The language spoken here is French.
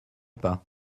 pas